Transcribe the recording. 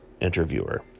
interviewer